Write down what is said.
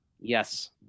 yes